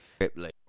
Ripley